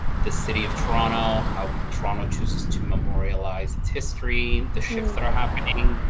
the city of toronto, how toronto chooses to memorialize its history, the shifts that are happening,